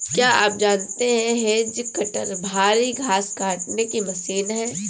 क्या आप जानते है हैज कटर भारी घांस काटने की मशीन है